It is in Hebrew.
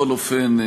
בכל אופן,